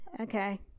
Okay